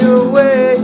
away